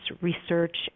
research